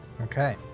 okay